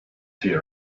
tea